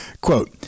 Quote